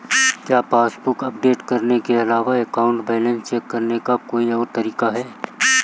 क्या passbook update करने के अलावा अकाउंट बैलेंस चेक करने का कोई और तरीका है?